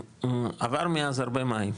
עברו מאז הרבה מים,